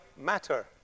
matter